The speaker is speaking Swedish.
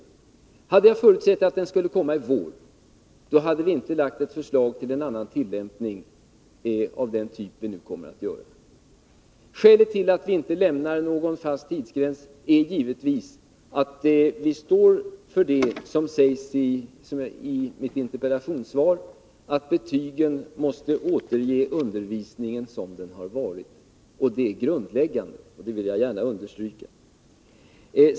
Men hade jag förutsett att den skulle föreligga i vår, hade vi inte lagt fram ett förslag till annan tillämpning, av den typ vi nu kommer att föreslå. Skälet till att vi inte anger någon fast tidsgräns är givetvis att vi står för det som sägs i interpellationssvaret, att betygen måste sättas efter hur undervisningen faktiskt har varit. Det är grundläggande, och det vill jag gärna understryka.